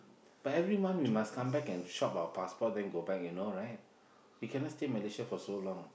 but every month we must come back and chop our passport then go back you know right we cannot stay Malaysia for so long